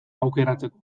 aukeratzeko